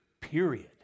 period